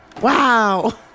Wow